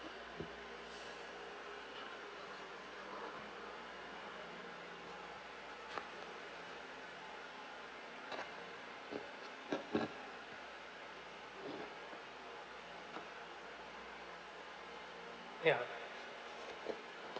ya